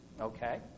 Okay